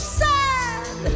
sad